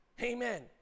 amen